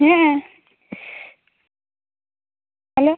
হ্যাঁ হ্যালো